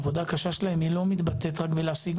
העבודה הקשה שלהם היא לא מתבטאת רק בלהשיג